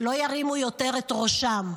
לא ירימו יותר את ראשם.